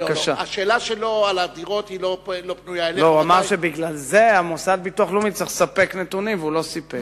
הוא אמר שבגלל זה המוסד לביטוח לאומי צריך לספק נתונים והוא לא סיפק.